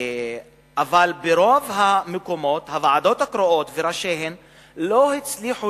אבל ברוב המקומות הוועדות הקרואות וראשיהן לא הצליחו